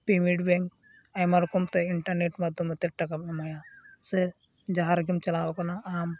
payment bank ᱟᱭᱢᱟ ᱨᱚᱠᱚᱢ ᱛᱮ ᱤᱱᱴᱟᱨᱱᱮᱴ ᱢᱟᱫᱽᱫᱷᱚᱢ ᱛᱮ ᱴᱟᱠᱟ ᱵᱚ ᱮᱢᱟᱭᱟ ᱥᱮ ᱡᱟᱦᱟᱸ ᱨᱮᱜᱮᱢ ᱪᱟᱞᱟᱣ ᱟᱠᱟᱱᱟ ᱟᱢ